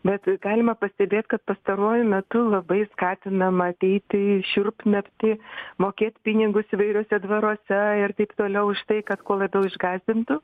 bet galima pastebėt kad pastaruoju metu labai skatinama ateiti į šiurpnaktį mokėt pinigus įvairiuose dvaruose ir taip toliau už tai kad kuo labiau išgąsdintų